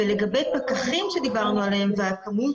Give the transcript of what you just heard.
ולגבי פקחים שדיברנו עליהם והכמות